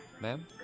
Ma'am